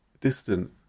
distant